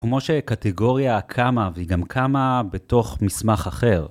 כמו שקטגוריה קמה, והיא גם קמה בתוך מסמך אחר.